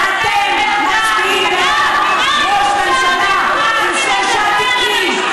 אתם מצביעים בעד ראש ממשלה עם שלושה תיקים,